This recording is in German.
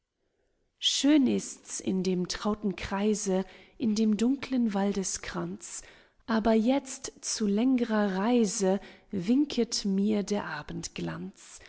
schön ist's in dem trauten kreise in dem dunkeln waldeskranz aber jetzt zu läng'rer reise winket mir der